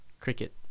cricket